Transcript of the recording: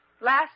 Last